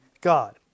God